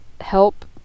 help